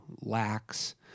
lacks